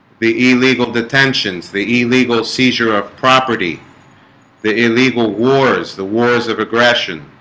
the illegal detentions the illegal seizure of property the illegal wars the wars of aggression